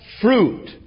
fruit